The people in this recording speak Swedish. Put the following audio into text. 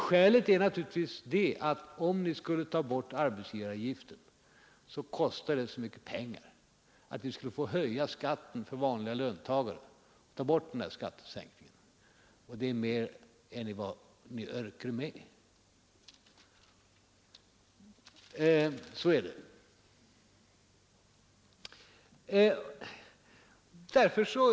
Skälet är naturligtvis att det skulle kosta så mycket pengar att ta bort arbetsgivaravgiften att skatten för vanliga löntagare skulle behöva höjas, dvs. vi skulle få ta bort den tidigare skattesänkningen, och det är mer än vad ni ”örker me” ”, Så är det!